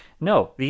No